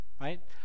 Right